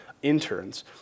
interns